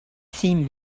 seemed